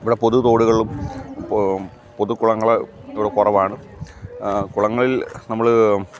ഇവിടെ പൊതു തോടുകളും പൊതു കുളങ്ങൾ ഇവിടെ കുറവാണ് കുളങ്ങളിൽ നമ്മൾ